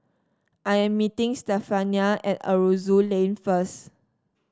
I am meeting Stephania at Aroozoo Lane first